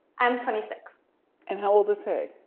i'm twenty six and how old is he?